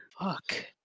Fuck